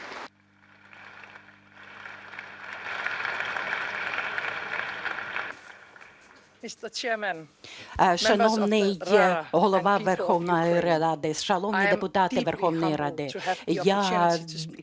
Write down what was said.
Шановний Голова Верховної Ради, шановні депутати Верховної Ради, мені